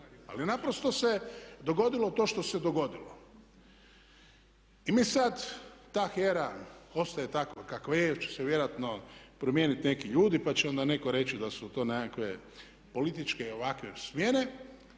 ali naprosto se dogodilo to što se dogodilo. I mi sad, ta HERA ostaje tako kako je jer će se vjerojatno promijeniti neki ljudi, pa će onda netko reći da su to nekakve političke ovakve smjene.